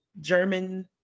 german